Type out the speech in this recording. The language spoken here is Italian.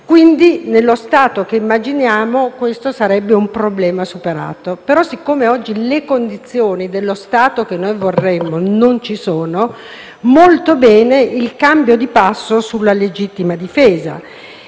Quindi, nello Stato che immaginiamo, questo sarebbe un problema superato. Siccome però oggi le condizioni dello Stato che vorremmo non esistono, va molto bene il cambio di passo sulla legittima difesa.